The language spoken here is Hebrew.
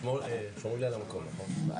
שומרים לי על המקום, נכון?